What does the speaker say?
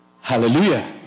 Hallelujah